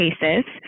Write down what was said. cases